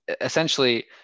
essentially